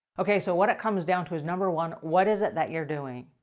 okay so what it comes down to is, number one, what is it that you're doing?